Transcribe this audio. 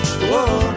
Whoa